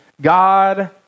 God